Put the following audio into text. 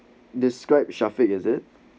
described shaffiq is it